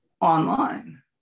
online